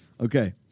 Okay